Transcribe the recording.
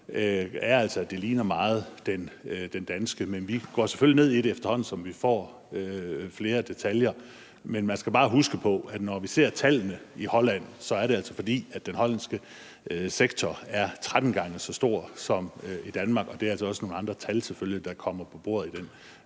meget ligner den danske. Men vi går selvfølgelig ned i det, efterhånden som vi får flere detaljer. Men man skal bare huske på, at det, når man ser tallene i Holland, altså så er, fordi den hollandske sektor er 13 gange så stor som i Danmark, og så bliver det selvfølgelig også nogle andre tal, der kommer på bordet i den